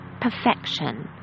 perfection